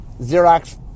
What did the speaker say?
Xerox